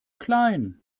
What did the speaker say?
klein